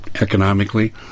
economically